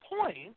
point